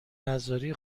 نذاری